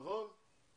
נכון?